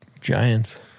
giants